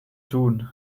tun